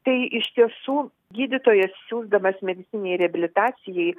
tai iš tiesų gydytojas siųsdamas medicininei reabilitacijai